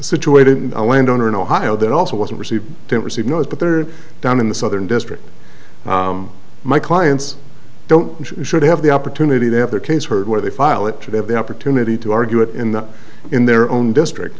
situated a land owner in ohio that also wasn't received didn't receive knows but there are down in the southern district my clients don't and should have the opportunity to have their case heard where they file it should have the opportunity to argue it in the in their own district